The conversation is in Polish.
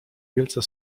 wielce